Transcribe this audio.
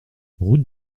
route